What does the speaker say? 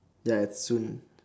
ya it's soon